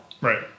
Right